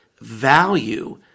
value